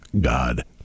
God